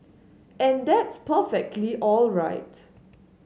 and that's perfectly all right